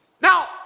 Now